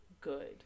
good